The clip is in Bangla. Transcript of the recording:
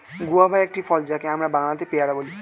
গুয়াভা একটি ফল যাকে আমরা বাংলাতে পেয়ারা বলি